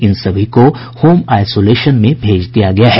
इन सभी को home isolation में भेज दिया गया है